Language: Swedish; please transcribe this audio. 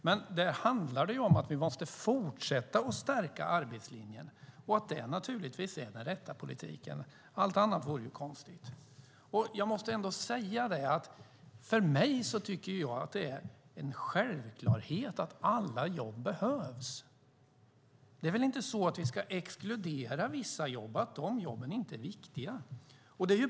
Men det handlar om att vi måste fortsätta att stärka arbetslinjen och att det naturligtvis är den rätta politiken. Allt annat vore konstigt. För mig är det en självklarhet att alla jobb behövs. Vi ska väl inte exkludera vissa jobb och säga att dessa jobb inte är viktiga?